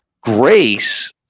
Grace